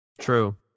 True